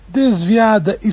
desviada